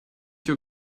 your